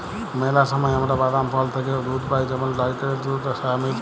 ম্যালা সময় আমরা বাদাম, ফল থ্যাইকে দুহুদ পাই যেমল লাইড়কেলের দুহুদ, সয়া মিল্ক